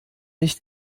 nicht